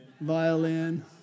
violin